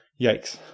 Yikes